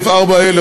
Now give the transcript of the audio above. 3),